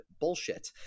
bullshit